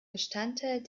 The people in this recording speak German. bestandteil